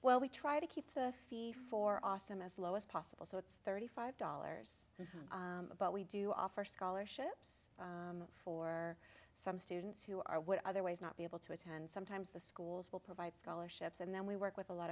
well we try to keep the fee for awesome as low as possible so it's thirty five dollars but we do offer scholarships for some students who are would otherwise not be able to attend sometimes the schools will provide scholarships and then we work with a lot